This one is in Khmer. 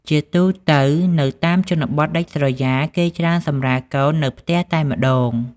ជាទូទៅ នៅតាមជនបទដាច់ស្រយាល គេច្រើនសម្រាលកូននៅផ្ទះតែម្ដង។